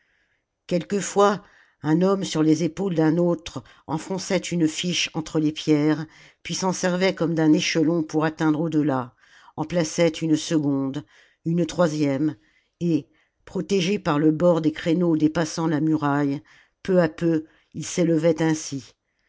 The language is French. quelquefois un homme sur les épaules d'un autre enfonçait une fiche entre les pierres puis s'en servait comme d'un échelon pour atteindre au delà en plaçait une seconde une troisième et protégés par le bord des créneaux dépassant la muraille peu à peu ils s'élevaient ainsi